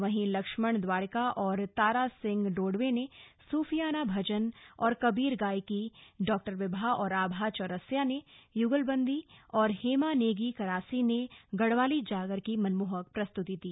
वहीं लक्ष्मण द्वारिका और तारा सिंह डोडवे ने सुफियाना भजन और कबीर गायकी डॉविभा और आभा चौरसिया ने युगल बंदी और हेमा नेगी करासी ने गढ़वाली जागर की मनमोहक प्रस्तुति दी